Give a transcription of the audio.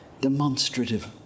demonstrative